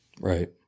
Right